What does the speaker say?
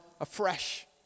afresh